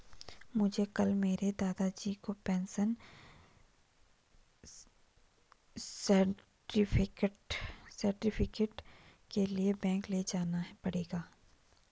मुझे कल मेरे दादाजी को पेंशन सर्टिफिकेट के लिए बैंक ले जाना पड़ेगा